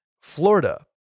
Florida